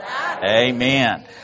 Amen